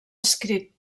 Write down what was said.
escrit